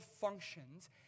functions